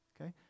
Okay